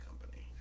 company